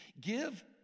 Give